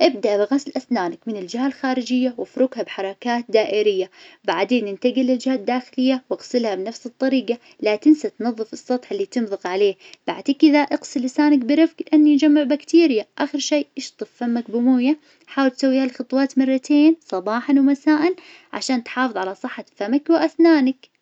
ابدأ بغسل أسنانك من الجهة الخارجية وافركها بحركات دائرية، بعدين انتقل للجهة الداخلية واغسلها بنفس الطريقة. لا تنسى تنظف السطح اللي تنظف عليه، بعد كذا اغسل لسانك برفق إني يجمع بكتيريا. آخر شي اشطف فمك بمويه، حاول تسوي ها الخطوات مرتين صباحا ومساء عشان تحافظ على صحة فمك وأسنانك.